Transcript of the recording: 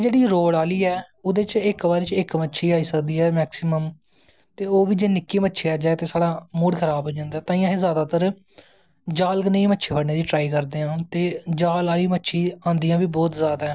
जेह्ड़ी रॉड़ आह्ली ऐ ओह्दे च इक बारी च इक मच्छी गै आई सकदी ऐ मैकसिमम ते ओह् बी निक्की मच्छी आई जाए ते साढ़ा मूड़ खराब होई जंदा ऐ अस तां गै जादातर जाल कन्नैं गै मच्छी फड़नें दी ट्राई करदे आं ते जाल आह्ली मच्छी आंदियां बी बौह्त जादा ऐं